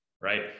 right